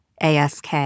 ASK